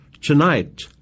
tonight